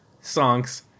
songs